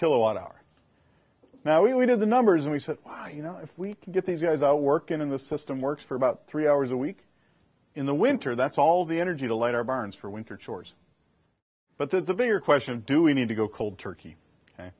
kilowatt hour now we did the numbers and we said wow you know if we can get these guys out working in the system works for about three hours a week in the winter that's all the energy to light our barns for winter chores but there's a bigger question do we need to go cold turkey